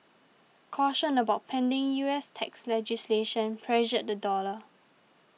caution about pending U S tax legislation pressured the dollar